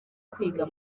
kwiga